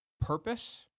Purpose